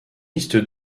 liste